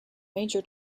major